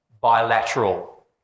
bilateral